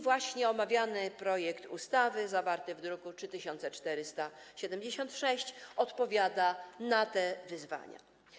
Właśnie omawiany projekt ustawy zawarty w druku nr 3476 odpowiada na te wyzwania.